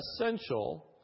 essential